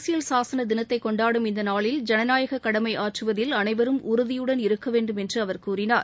அரசியல் சாசன தினத்தை கொண்டாடும் இந்த நாளில் ஜனநாயக கடமை ஆற்றுவதில் அனைவரும் உறுதியுடன் இருக்க வேண்டும் என்று அவர் கூறினார்